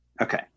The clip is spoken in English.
Okay